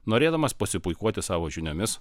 norėdamas pasipuikuoti savo žiniomis